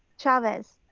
chavez,